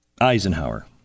Eisenhower